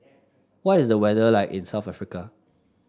what is the weather like in South Africa